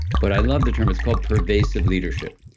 but i love the term. it's called pervasive leadership.